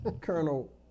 Colonel